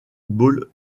ball